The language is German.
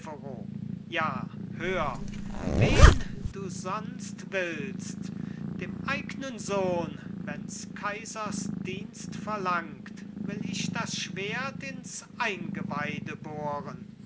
ja hör wen du sonst willst dem eignen sohn wenns kaisers dienst verlangt will ich das schwert ins eingeweide bohren